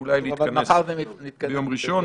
אולי להתכנס ביום ראשון.